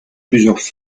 plusieurs